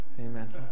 Amen